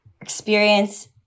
experience